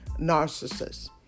narcissist